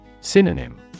Synonym